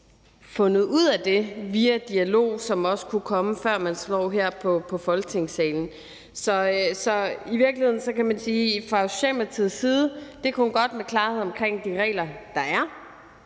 fundet ud af det via en dialog, som også kunne kommer, før man står her i Folketingssalen. Så fra Socialdemokratiets side vil vi sige, at det kun er godt med klarhed omkring de regler, der er.